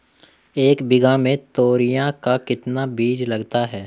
एक बीघा में तोरियां का कितना बीज लगता है?